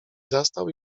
zastał